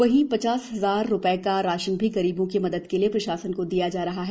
वहीं पचास हजार रुपए का राशन भी गरीबों की मदद के लिए प्रशासन को दिया जा रहा है